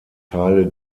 teile